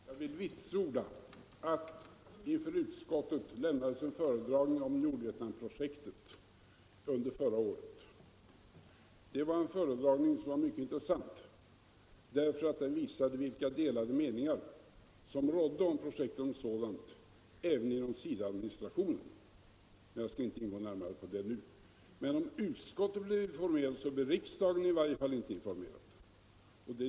Herr talman! Jag vill vitsorda att det under förra året gjordes en föredragning inför utskottet om Nordvietnamprojektet. Den föredragningen var mycket intressant, bl.a. därför att den visade vilka delade meningar som rådde om projektet som sådant även inom SIDA administrationen. Jag skall dock inte gå närmare in på det nu. Om utskottet blev informerat, så blev i varje fall inte riksdagen informerad.